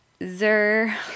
Zur